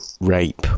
rape